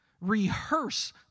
Rehearse